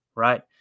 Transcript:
Right